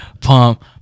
pump